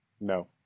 No